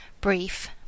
brief